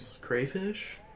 Crayfish